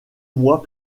mois